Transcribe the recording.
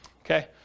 Okay